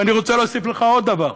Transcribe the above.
ואני רוצה להוסיף לך עוד דבר: